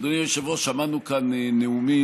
אדוני היושב-ראש, שמענו כאן נאומים,